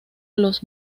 los